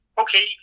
okay